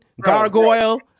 Gargoyle